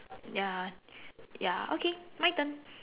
ya ya okay my turn